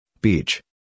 beach